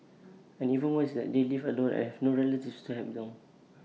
and even worse is that they live alone and have no relatives to help them